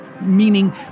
meaning